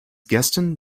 gestern